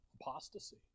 Apostasy